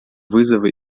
вызовы